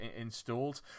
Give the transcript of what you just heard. installed